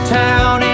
town